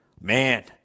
man